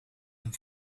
een